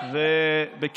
ועדת חוקה,